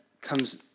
comes